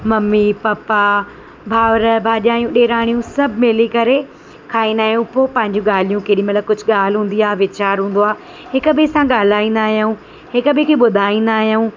mummy papa भावर भाॼायूं ॾेराणियूं सभु मिली करे खाईंदा आहियूं पोइ पंहिंजी ॻाल्हियूं केॾीमहिल कुझु ॻाल्हि हूंदी आहे वीचारु हूंदो आहे हिक ॿिए सां ॻाल्हाईंदा आहियूं हिक ॿिए खे ॿुधाईंदा आहियूं